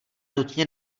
nutně